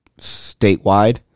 statewide